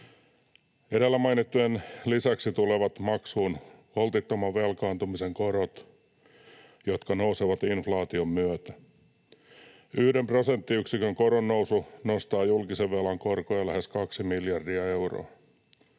Edellä mainittujen lisäksi tulevat maksuun holtittoman velkaantumisen korot, jotka nousevat inflaation myötä. Yhden prosenttiyksikön koronnousu nostaa julkisen velan korkoja lähes 2 miljardia euroa.